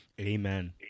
Amen